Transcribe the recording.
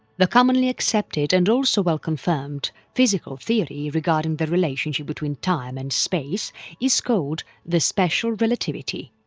the commonly accepted and also well confirmed physical theory regarding the relationship between time and space is called the special relativity.